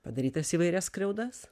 padarytas įvairias skriaudas